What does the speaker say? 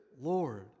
Lord